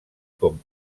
com